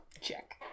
Check